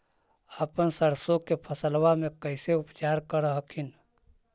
अपन सरसो के फसल्बा मे कैसे उपचार कर हखिन?